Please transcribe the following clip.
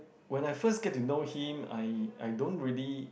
when I first get to know him I I don't really